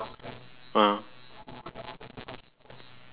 oh